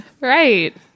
Right